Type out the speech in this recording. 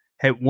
Hey